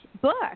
book